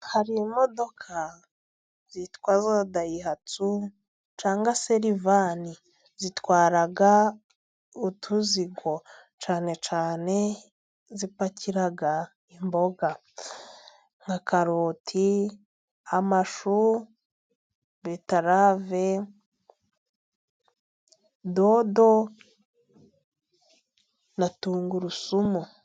Hari imodoka zitwa za dayihatsu cyangwa se rivani zitwara utuzigo, cyane cyane zipakira imboga nka karoti, amashu, betarave, dodo na tungurusumu.